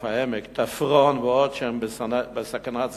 "עוף העמק" "תפרון" ועוד הן בסכנת סגירה,